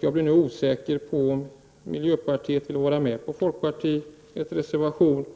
Jag är nu osäker på om miljöpartiet ställer sig bakom folkpartiets reservation i fråga